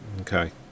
Okay